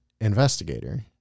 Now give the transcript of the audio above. investigator